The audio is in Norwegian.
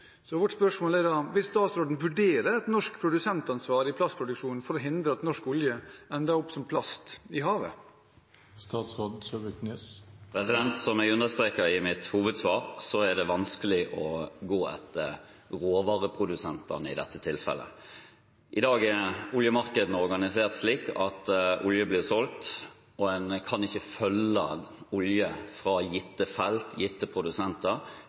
Vårt spørsmål er: Vil statsråden vurdere et norsk produsentansvar i plastproduksjonen for å hindre at norsk olje ender opp som plast i havet? Som jeg understreket i mitt hovedsvar, er det vanskelig å gå etter råvareprodusentene i dette tilfellet. Oljemarkedene er organisert slik at olje blir solgt, og en kan ikke følge olje fra gitte felt, gitte produsenter,